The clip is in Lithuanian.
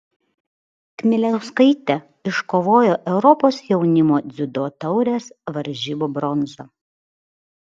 kmieliauskaitė iškovojo europos jaunimo dziudo taurės varžybų bronzą